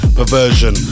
perversion